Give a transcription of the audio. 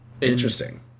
interesting